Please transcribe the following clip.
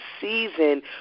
season